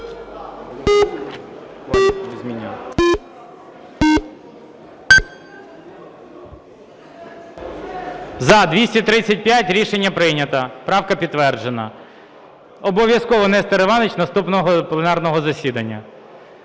За-235 Рішення прийнято. Правка підтверджена. Обов'язково, Нестор Іванович, наступного пленарного засідання.